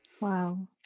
Wow